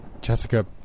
Jessica